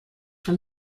from